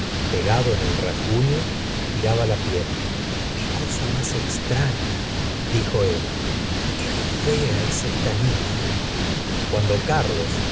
pegado en el rasguño estiraba la piel cosa más extraña dijo emma qué fea es esta niña cuando carlos